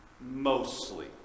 mostly